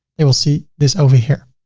they will see this over here.